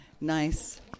nice